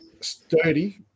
sturdy